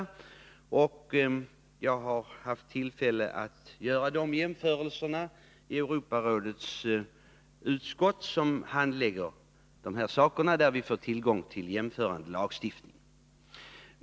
Jag har haft tillfälle att göra den jämförelsen i det av Europarådets utskott som handlägger de här sakerna; där har vi tillgång till jämförelsematerial i fråga om lagstiftning.